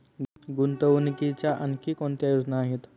गुंतवणुकीच्या आणखी कोणत्या योजना आहेत?